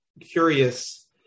curious